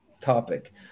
topic